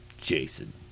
Jason